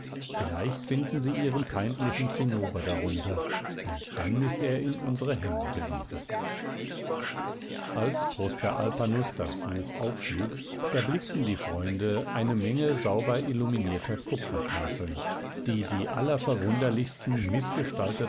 vielleicht finden sie ihren feindlichen zinnober darunter und dann ist er in unsere hände geliefert als prosper alpanus das buch aufschlug erblickten die freunde eine menge sauber illuminierter kupfertafeln die die